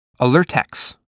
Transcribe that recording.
Alertex